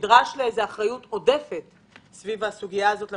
נדרש לאיזו אחריות עודפת סביב הסוגיה הזאת של